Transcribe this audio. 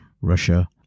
Russia